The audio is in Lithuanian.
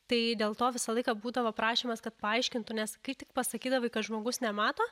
tai dėl to visą laiką būdavo prašymas kad paaiškintų nes kai tik pasakydavai kad žmogus nemato